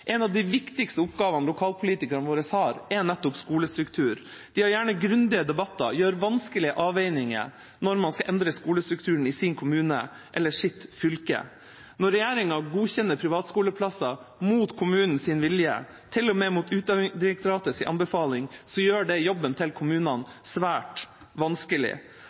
En av de viktigste oppgavene lokalpolitikerne våre har, er nettopp skolestruktur. De har gjerne grundige debatter og gjør vanskelige avveininger når man skal endre skolestrukturen i sin kommune eller sitt fylke. Når regjeringa godkjenner privatskoleplasser mot kommunens vilje, til og med mot Utdanningsdirektoratets anbefaling, gjør det jobben til kommunene svært vanskelig.